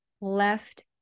left